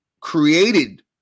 created